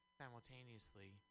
simultaneously